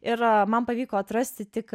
ir man pavyko atrasti tik